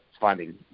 finding